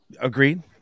Agreed